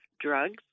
drugs